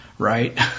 right